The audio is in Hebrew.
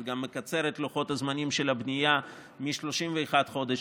זה גם מקצר את לוחות הזמנים של הבנייה מ-31 חודש,